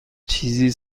چیزی